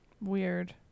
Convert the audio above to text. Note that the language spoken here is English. Weird